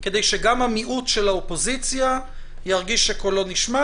כדי שגם המיעוט של האופוזיציה ירגיש שקולו נשמע,